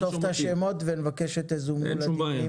נאסוף את השמות ונבקש שתזומנו לדיונים.